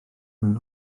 mewn